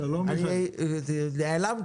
אני ניר מאיר,